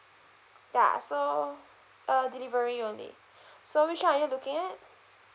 ya so uh delivery only so which one are you looking at